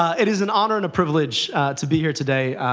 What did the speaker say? it is an honor and a privilege to be here today.